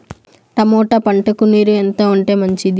Tomato పంటకు నీరు ఎంత ఉంటే మంచిది?